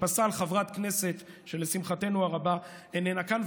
שפסל חברת כנסת שלשמחתנו הרבה איננה כאן.